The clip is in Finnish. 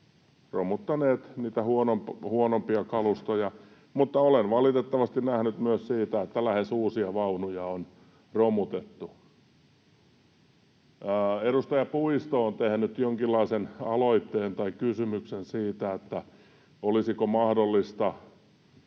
romuttaneet niitä huonompia kalustoja. Mutta olen valitettavasti nähnyt myös sitä, että lähes uusia vaunuja on romutettu. Edustaja Puisto on tehnyt jonkinlaisen aloitteen tai kysymyksen siitä, olisiko mahdollista